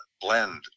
blend